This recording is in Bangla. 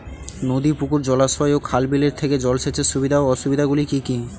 নদী পুকুর জলাশয় ও খাল বিলের থেকে জল সেচের সুবিধা ও অসুবিধা গুলি কি কি?